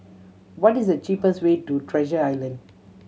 what is the cheapest way to Treasure Island